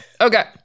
okay